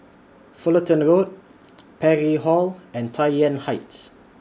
Fullerton Road Parry Hall and Tai Yuan Heights